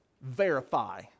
Verify